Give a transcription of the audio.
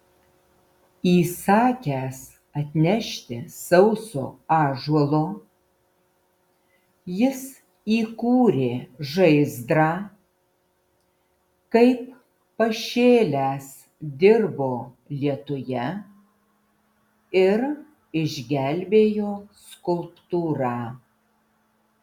įsakęs atnešti sauso ąžuolo jis įkūrė žaizdrą kaip pašėlęs dirbo lietuje ir išgelbėjo skulptūrą